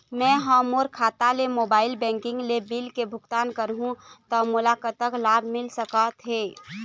मैं हा मोर खाता ले मोबाइल बैंकिंग ले बिल के भुगतान करहूं ता मोला कतक लाभ मिल सका थे?